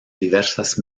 diversas